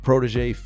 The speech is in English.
Protege